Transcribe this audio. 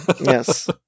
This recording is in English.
yes